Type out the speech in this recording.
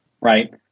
right